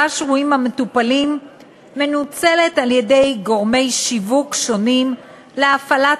שרויים המטופלים מנוצלת על-ידי גורמי שיווק שונים להפעלת